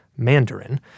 mandarin